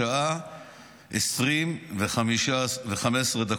בשעה 20:15,